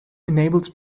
enables